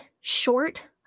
short